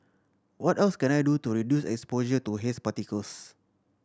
what else can I do to reduce exposure to haze particles